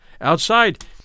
Outside